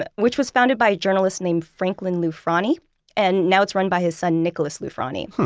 ah which was founded by a journalist named franklin loufrani and now it's run by his son, nicolas loufrani.